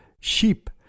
sheep